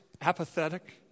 apathetic